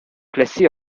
classés